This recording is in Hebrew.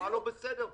מה לא בסדר פה?